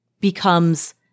becomes